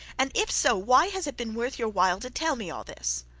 and if so, why has it been worth your while to tell me all this